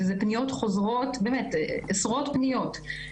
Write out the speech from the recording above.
וזה פניות חוזרות, באמת עשרות פניות.